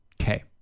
Okay